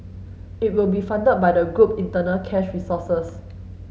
it will be funded by the group internal cash resources